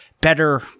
better